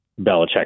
Belichick